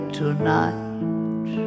tonight